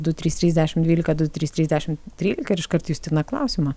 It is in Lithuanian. du trys trys dešim dvylika du trys trys dešim trylika ir iškart justina klausimą